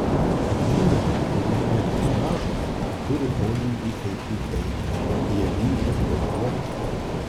vyrai kurių pėdos mažos turi polinkį eiti į kairę jie linkę flirtuoti